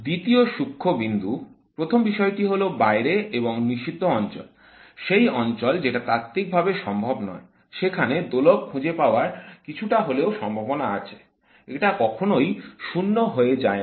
দ্বিতীয় সূক্ষ্ম বিন্দু প্রথম বিষয়টি হল বাইরে এবং নিষিদ্ধ অঞ্চল - সেই অঞ্চল যেটা তাত্ত্বিকভাবে সম্ভব নয় - সেখানে দোলক খুঁজে পাওয়ার কিছুটা হলেও সম্ভাবনা আছে এটা কখনোই 0 হয়ে যায় না